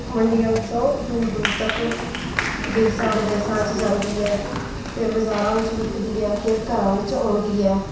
ਮੰਡੀਆਂ ਵਿੱਚੋਂ ਦੂਰ ਦੂਰ ਤੱਕ ਦੇਸ਼ਾਂ ਵਿਦੇਸ਼ਾਂ 'ਚ ਜਾਂਦੀ ਹੈ ਫਿਰ ਬਾਜ਼ਾਰਾਂ ਵਿੱਚ ਵਿਕਦੀ ਹੈ ਫਿਰ ਘਰਾਂ ਵਿੱਚ ਆਉਂਦੀ ਹੈ